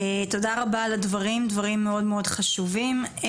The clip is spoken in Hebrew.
הדברים מאוד חשובים.